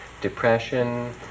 depression